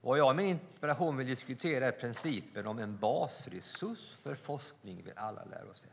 Vad jag i min interpellation vill diskutera är principen om en basresurs för forskning till alla lärosäten.